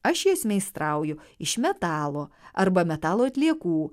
aš jas meistrauju iš metalo arba metalo atliekų